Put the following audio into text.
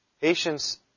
Patients